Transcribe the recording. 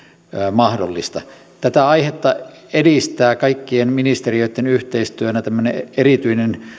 mahdollista tätä aihetta edistää kaikkien ministe riöitten yhteistyönä tämmöinen erityinen